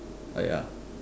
uh ya